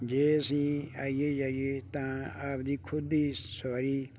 ਜੇ ਅਸੀਂ ਆਈਏ ਜਾਈਏ ਤਾਂ ਆਪਦੀ ਖੁਦ ਦੀ ਸਵਾਰੀ